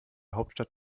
hauptstadt